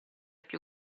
più